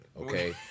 okay